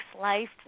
life